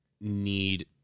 need